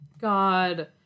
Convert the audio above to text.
God